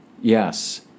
Yes